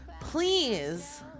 Please